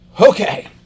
Okay